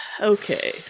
Okay